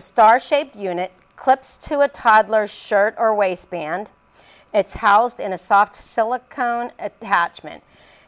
a star shaped unit clips to a toddler's shirt or waistband it's housed in a soft silicone attachment